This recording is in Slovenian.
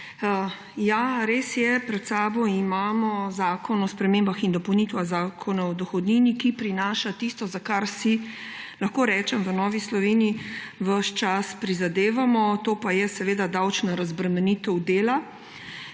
Res je, pred sabo imamo Predlog zakona o spremembah in dopolnitvah Zakona o dohodnini, ki prinaša tisto, za kar si, lahko rečem, v Novi Sloveniji ves čas prizadevamo, to pa je davčna razbremenitev dela.